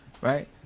right